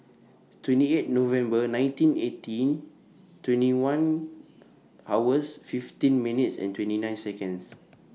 twenty eight November nineteen eighty twenty one hours fifteen minutes twenty nine Seconds